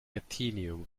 athenaeum